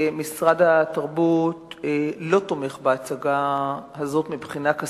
משרד התרבות לא תומך בהצגה הזאת מבחינה כספית,